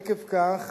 עקב כך